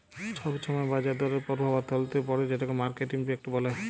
ছব ছময় বাজার দরের পরভাব অথ্থলিতিতে পড়ে যেটকে মার্কেট ইম্প্যাক্ট ব্যলে